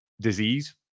disease